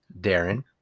darren